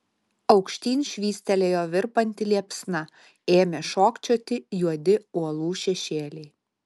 aukštyn švystelėjo virpanti liepsna ėmė šokčioti juodi uolų šešėliai